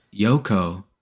Yoko